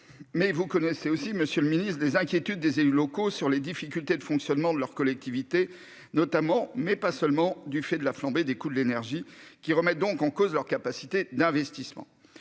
vous connaissez aussi, monsieur le ministre, les inquiétudes des élus locaux sur les difficultés de fonctionnement de leurs collectivités territoriales, notamment, mais pas seulement, du fait de la flambée des coûts de l'énergie, qui remet en cause leur capacité d'investissement.